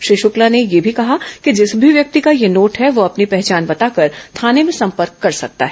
श्री शुक्ला ने यह भी कहा है कि जिस भी व्यक्ति का यह नोट है वह अपनी पहचान बताकर थाने में संपर्क कर सकता है